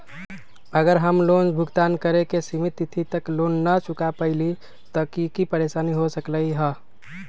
अगर हम लोन भुगतान करे के सिमित तिथि तक लोन न चुका पईली त की की परेशानी हो सकलई ह?